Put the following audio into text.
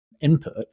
input